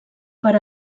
per